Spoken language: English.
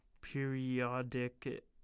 periodic